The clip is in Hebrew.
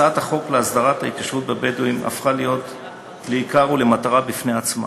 הצעת חוק להסדרת התיישבות הבדואים הפכה להיות עיקר ומטרה בפני עצמה,